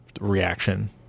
reaction